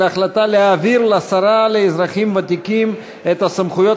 על החלטתה להעביר לשרה לאזרחים ותיקים את הסמכויות